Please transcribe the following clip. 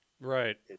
right